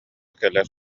кэлэр